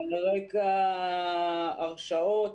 על רקע הרשעות,